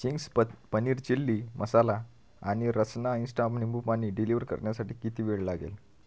Ching's प paneer chilli masala आणि Rasna insta निंबुपानी डिलिव्हर करण्यासाठी किती वेळ लागेल